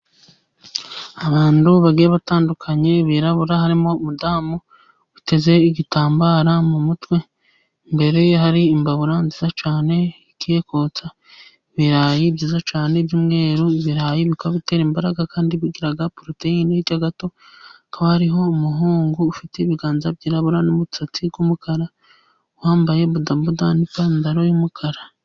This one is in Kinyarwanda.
Abantu bagiye batandukanye birabura, harimo umudamu uteze igitambaro mu mutwe, imbere ye hari imbabura nziza cyane, igiye kotsa ibirayi, byiza cyane ibyumweru, ibirarayi bikaba bitera imbaraga kandi bigirag poroteyine, hirya gato hakaba hariho umuhungu ufite ibiganza byirabura n'umusatsi w'umukara, wambaye bodaboda n'ipantaro yumukara.